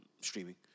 Streaming